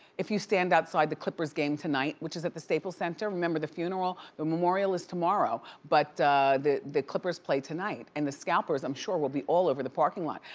if you stand outside the clippers game tonight, which is at the staples center, remember the funeral, the memorial is tomorrow, but the the clippers play tonight and the scalpers, i'm sure, will be all over the parking lot.